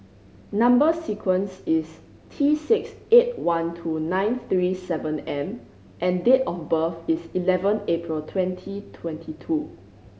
number sequence is T six eight one two nine three seven M and date of birth is eleven April twenty twenty two